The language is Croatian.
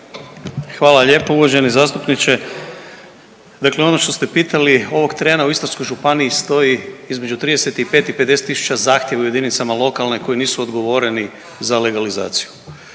Hvala lijepo uvaženi zastupniče. Dakle, ono što ste pitali ovog trena u Istarskoj županiji stoji između 35 i 50 tisuća zahtjeva u jedinicama lokalne koji nisu odgovoreni za legalizaciju.